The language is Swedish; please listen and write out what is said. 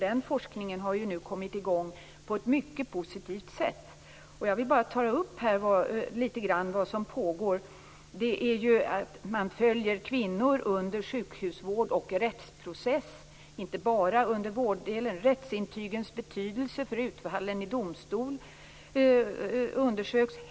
Den forskningen har nu kommit i gång på ett mycket positivt sätt. Jag vill här bara ta upp lite grann vad som pågår. Man följer kvinnor under sjukhusvård och rättsprocess, inte bara under vårddelen. Rättsintygens betydelse för utfallen i domstol undersöks.